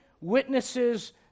witnesses